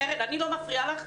קרן, אני לא מפריעה לך.